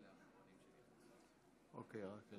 ראשי